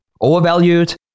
overvalued